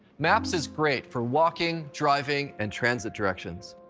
maps is great for walking, driving and transit directions,